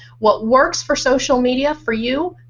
what works for social media for you,